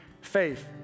Faith